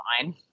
fine